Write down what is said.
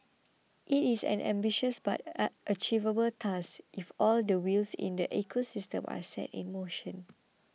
it is an ambitious but achievable task if all the wheels in the ecosystem are set in motion